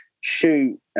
Shoot